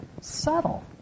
subtle